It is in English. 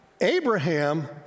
Abraham